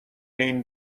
این